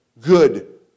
good